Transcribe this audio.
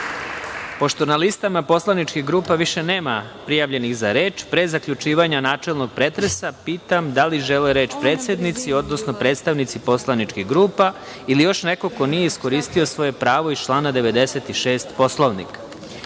Hvala. Pošto na listama poslaničkih grupa više nema prijavljenih za reč, pre zaključivanja načelnog pretresa, pitam da li žele reč predsednici, odnosno predstavnici poslaničkih grupa ili još neko ko nije iskoristio svoje pravo iz člana 96. Poslovnika? Reč